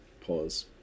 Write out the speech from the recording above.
pause